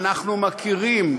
אנו מכירים,